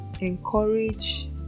encourage